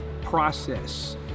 process